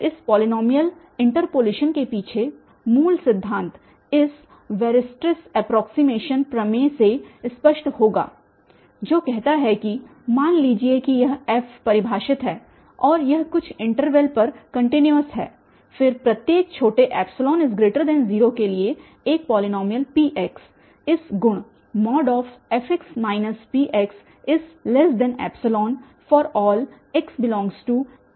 तो इस polynomial interpolation के पीछे मूल सिद्धांत इस वैरस्ट्रैस एप्रोक्सीमेशन प्रमेय से स्पष्ट होगा जो कहता है कि मान लीजिए कि यह f परिभाषित है और यह कुछ इंटरवल पर कन्टिन्यूअस है फिर प्रत्येक छोटे 0 के लिएएक पॉलीनॉमियल P इस गुण fx Pxϵ∀x∈ab के साथ मौजूद है